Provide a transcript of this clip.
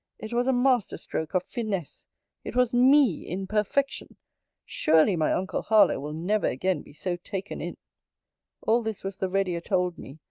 it was a master-stroke of finesse it was me in perfection surely my uncle harlowe will never again be so taken in all this was the readier told me,